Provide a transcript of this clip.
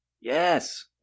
Yes